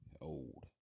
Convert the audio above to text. old